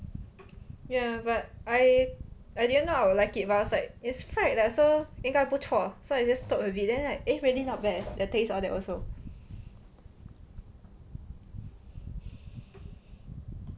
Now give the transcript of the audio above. ya but I I didn't know I would like it but I was like it's fried lah so 应该不错 so I just took a bit then like eh really not bad leh the taste all that also